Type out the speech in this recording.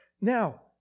Now